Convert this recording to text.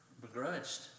begrudged